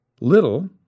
Little